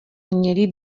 měli